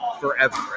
Forever